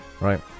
Right